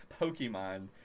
Pokemon